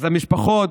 אז המשפחות,